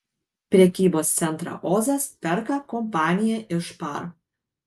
prekybos centrą ozas perka kompanija iš par